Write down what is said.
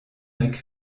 nek